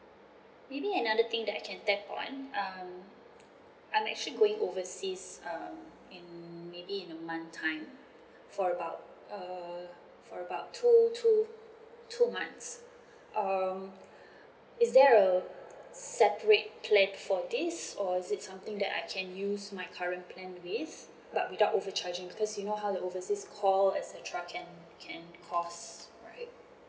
maybe another thing that I can tap on um I'm actually going overseas um in maybe in a month time for about uh for about two two two months um is there a separate plan for this or is it something that I can use my current plan with but without overcharging because you know how the overseas call et cetera can can cost right